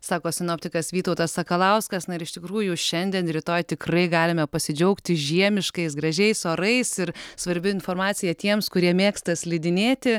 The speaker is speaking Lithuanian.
sako sinoptikas vytautas sakalauskas na ir iš tikrųjų šiandien rytoj tikrai galime pasidžiaugti žiemiškais gražiais orais ir svarbi informacija tiems kurie mėgsta slidinėti